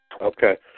Okay